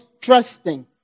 trusting